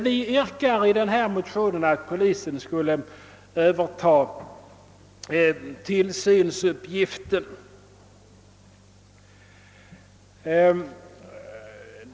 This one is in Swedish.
Vi yrkar i denna motion, att polisen skall överta tillsynsuppgiften.